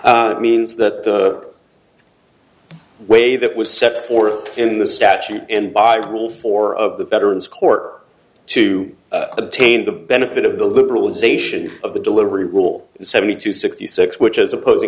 it means that the the way that was set forth in the statute and bible four of the veterans court to obtain the benefit of the liberalisation of the delivery rule seventy two sixty six which as opposing